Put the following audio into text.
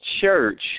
church